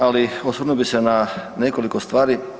Ali osvrnuo bih se na nekoliko stvari.